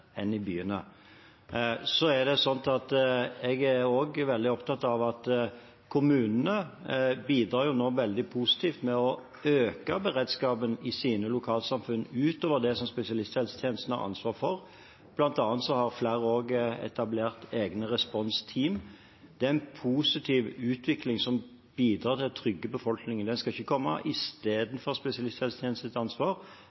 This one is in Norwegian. enn i byene. Jeg er også veldig opptatt av at kommunene nå bidrar veldig positivt med å øke beredskapen i sine lokalsamfunn, utover det som spesialisthelsetjenesten har ansvar for. Blant annet har flere etablert egne responsteam. Det er en positiv utvikling som bidrar til å trygge befolkningen. Den skal ikke komme